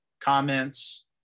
comments